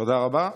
תודה רבה.